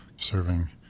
serving